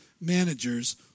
managers